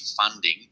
funding